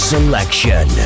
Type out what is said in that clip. Selection